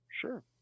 Sure